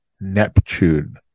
Neptune